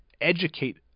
educate